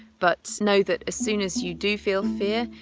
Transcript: but know that as soon as you do feel fear,